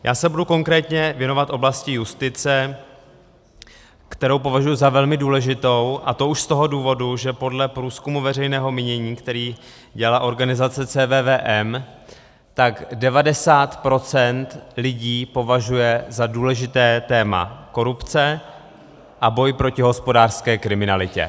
Já se budu konkrétně věnovat oblasti justice, kterou považuji za velmi důležitou, a to už z toho důvodu, že podle průzkumu veřejného mínění, který dělala organizace CVVM, 90 procent lidí považuje za důležité téma korupce a boj proti hospodářské kriminalitě.